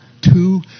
Two